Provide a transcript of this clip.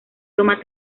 toma